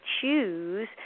choose